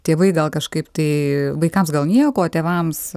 tėvai gal kažkaip tai vaikams gal nieko o tėvams